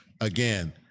Again